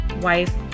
wife